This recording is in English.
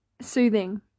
soothing